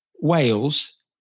Wales